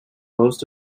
most